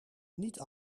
niet